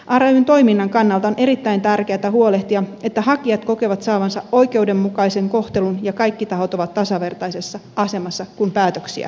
rayn toiminnan kannalta on erittäin tärkeätä huolehtia siitä että hakijat kokevat saavansa oikeudenmukaisen kohtelun ja kaikki tahot ovat tasavertaisessa asemassa kun päätöksiä tehdään